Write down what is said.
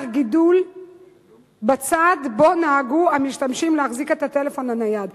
גידול בצד שבו נהגו המשתמשים להחזיק את הטלפון הנייד.